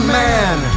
man